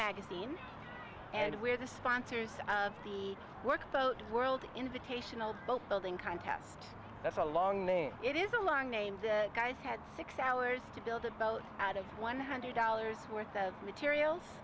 magazine and we're the sponsors of the work boat world invitational boat building contest that's a long name it is a long name the guys had six hours to build about out of one hundred dollars worth of materials